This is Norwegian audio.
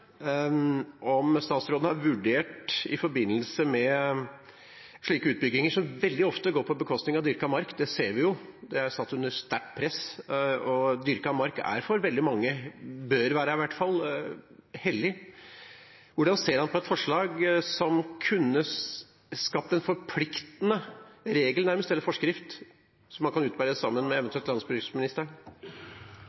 om å ivareta dyrket mark på en måte som er forpliktende. Har statsråden vurdert det i forbindelse med slike utbygginger, som veldig ofte går på bekostning av dyrket mark? Det ser vi jo, det er satt under sterkt press, og dyrket mark er for veldig mange – bør være, i hvert fall – hellig. Hvordan ser han på et forslag om en forpliktende regel nærmest, eller en forskrift, som han eventuelt kan